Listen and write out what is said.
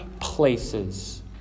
places